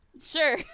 Sure